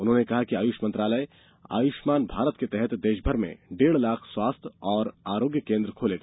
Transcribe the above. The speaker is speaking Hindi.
उन्होंने कहा कि आयुष मंत्रालय आयुष्मान भारत के तहत देशभर में डेढ़ लाख स्वास्थ्य और आरोग्य केंद्र खोलेगा